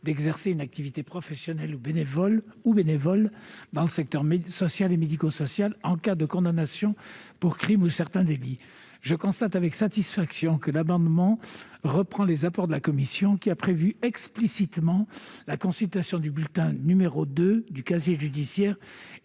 d'exercer une activité professionnelle ou bénévole dans le secteur social et médico-social, en cas de condamnation pour crime ou pour certains délits. Je constate avec satisfaction que le dispositif de l'amendement reprend les apports de la commission, qui a prévu explicitement la consultation du bulletin n° 2 du casier judiciaire